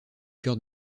cœur